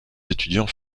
étudiants